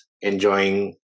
enjoying